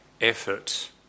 effort